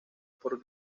por